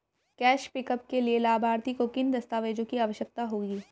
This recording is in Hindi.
कैश पिकअप के लिए लाभार्थी को किन दस्तावेजों की आवश्यकता होगी?